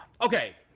Okay